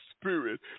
spirit